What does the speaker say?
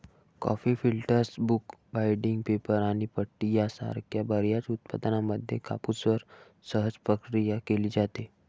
coffee filters, book binding, paper आणि पट्टी यासारख्या बर्याच उत्पादनांमध्ये कापूसवर सहज प्रक्रिया केली जाते